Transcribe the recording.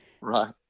Right